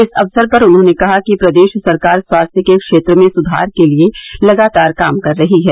इस अवसर पर उन्होंने कहा कि प्रदेश सरकार स्वास्थ्य के क्षेत्र में सुधार के लिये लगातार काम कर रही है